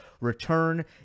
return